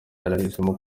yarahisemo